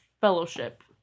fellowship